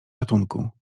ratunku